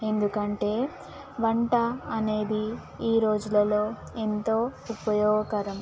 ఎందుకంటే వంట అనేది ఈ రోజులలో ఎంతో ఉపయోగకరం